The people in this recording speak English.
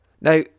Now